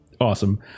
awesome